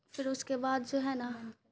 پھر اس کے بعد جو ہے نا